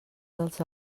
dels